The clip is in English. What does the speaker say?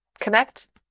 connect